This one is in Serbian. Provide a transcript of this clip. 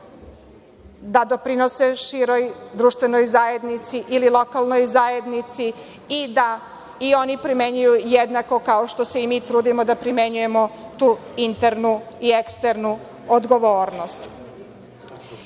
da doprinose široj društvenoj zajednici ili lokalnoj zajednici i da i oni primenjuju, jednako kao što se i mi trudimo da primenjujemo, tu internu i eksternu odgovornost. Ono